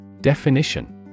Definition